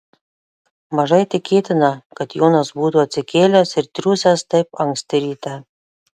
mažai tikėtina kad jonas būtų atsikėlęs ir triūsęs taip anksti ryte